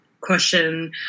question